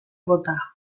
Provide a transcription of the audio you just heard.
bota